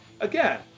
Again